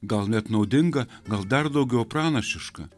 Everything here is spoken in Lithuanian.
gal net naudinga gal dar daugiau pranašiška